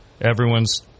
everyone's